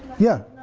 yeah.